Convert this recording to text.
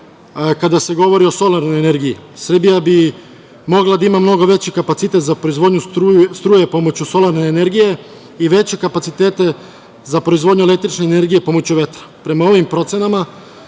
kada se govori o solarnoj energiji. Srbija bi mogla da ima mnogo veći kapacitet za proizvodnju struje pomoću solarne energije i veće kapacitete za proizvodnju električne energije pomoću vetra. Prema ovim procenama